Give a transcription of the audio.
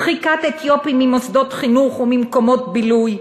דחיקת אתיופים ממוסדות חינוך וממקומות בילוי,